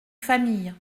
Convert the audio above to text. famille